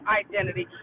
identity